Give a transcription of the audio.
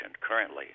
currently